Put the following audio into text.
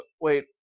wait